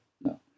No